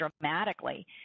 dramatically